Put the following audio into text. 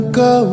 go